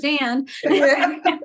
understand